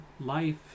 life